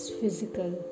physical